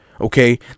okay